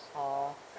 orh